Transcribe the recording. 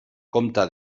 comte